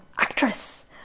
actress